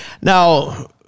now